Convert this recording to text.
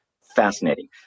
fascinating